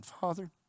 Father